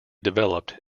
developed